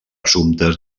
assumptes